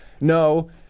No